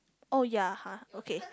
oh ya !huh! okay